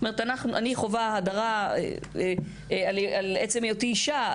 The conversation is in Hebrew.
אני חווה הדרה על עצם היותי אישה,